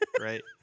right